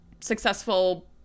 successful